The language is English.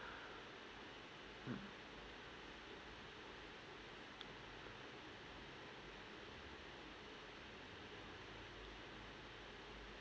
mm